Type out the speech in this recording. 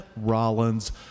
Rollins